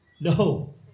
No